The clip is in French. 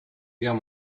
guerre